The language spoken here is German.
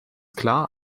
klar